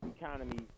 economy